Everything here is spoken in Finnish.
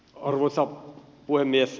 arvoisa puhemies